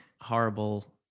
horrible